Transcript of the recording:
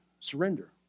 surrender